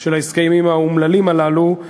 של ההסכמים האומללים הללו,